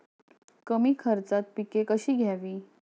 कमी खर्चात पिके कशी घ्यावी?